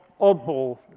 oddball